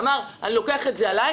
הוא אמר: אני לוקח את זה עלי.